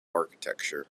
architecture